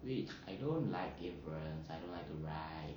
wait I don't like inference I don't like a write